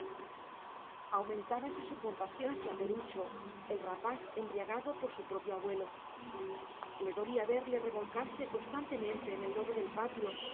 ternura aumentábase su compasión hacia perucho el rapaz embriagado por su propio abuelo le dolía verle revolcarse constantemente en el lodo del patio